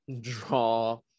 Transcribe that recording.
draw